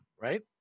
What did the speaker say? right